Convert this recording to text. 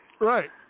Right